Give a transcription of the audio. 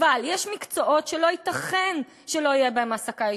אבל יש מקצועות שלא ייתכן שלא תהיה בהם העסקה ישירה,